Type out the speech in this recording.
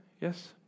Yes